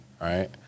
right